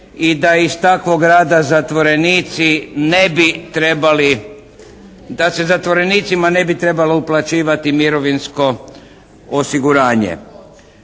i da iz takvog rada zatvorenici ne bi trebali, da se zatvorenicima ne bi trebalo uplaćivati mirovinsko osiguranje.